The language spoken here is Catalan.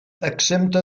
exempta